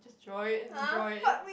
just draw it draw it